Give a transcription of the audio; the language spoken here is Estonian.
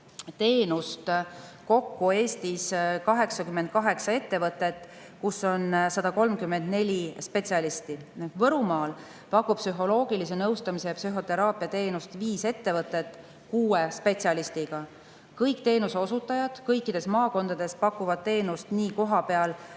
teenust kokku Eestis 88 ettevõtet, kus on 134 spetsialisti. Võrumaal pakub psühholoogilise nõustamise ja psühhoteraapia teenust viis ettevõtet kuue spetsialistiga. Kõik teenuseosutajad kõikides maakondades pakuvad teenust nii kohapeal